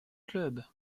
club